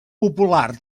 popular